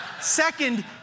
Second